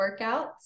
workouts